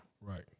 Right